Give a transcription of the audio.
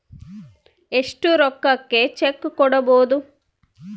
ಎಷ್ಟು ರೊಕ್ಕಕ ಚೆಕ್ಕು ಕೊಡುಬೊದು